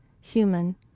human